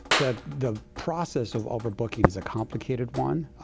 the the process of overbooking is a complicated one.